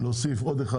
נוסיף עוד אחד,